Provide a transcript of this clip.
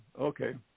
Okay